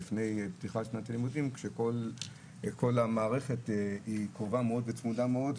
כשכל המערכת קרובה מאוד וצמודה מאוד,